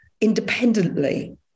independently